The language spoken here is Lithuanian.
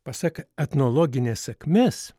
pasak etnologinės sakmės